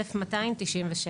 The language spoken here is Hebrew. יש לי כ-1,297.